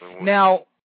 Now